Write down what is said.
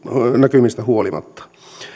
näkymistä huolimatta